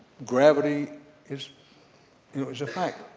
gravity is you know is a fact.